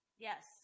Yes